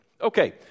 Okay